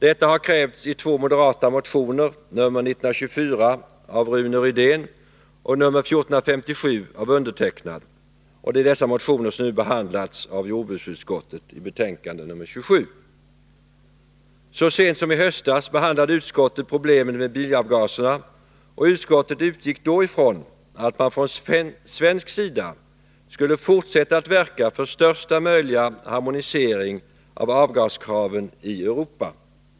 Detta har krävts i två moderata motioner, nr 1924 av Rune Rydén m.fl. och nr 1457 av mig själv, motioner som nu behandlats av jordbruksutskottet i dess betänkande nr 27. Så sent som i höstas behandlade utskottet problemen med bilavgaserna, och utskottet utgick då ifrån att man från svensk sida skulle fortsätta att verka för största möjliga harmonisering av avgaskraven i Europa.